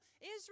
Israel